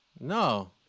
No